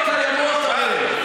לא קיימות, הרי,